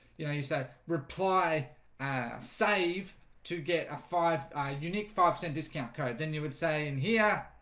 you know you say reply save to get a five unique five percent discount code then you would say in here